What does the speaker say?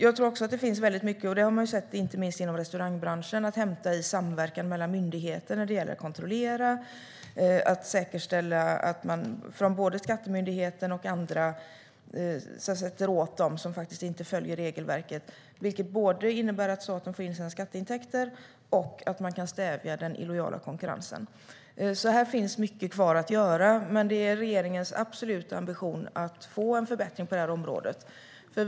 Jag tror att det finns mycket att hämta i samverkan mellan myndigheter när det gäller att kontrollera och säkerställa från både Skatteverket och andra att man sätter åt dem som inte följer regelverket. Detta har vi sett inte minst i restaurangbranschen. Det innebär både att staten får in sina skatteintäkter och att man kan stävja den illojala konkurrensen. Här finns mycket kvar att göra, men det är regeringens absoluta ambition att få en förbättring på området.